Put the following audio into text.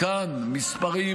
כאן, מספרים